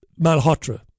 Malhotra